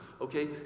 okay